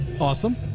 Awesome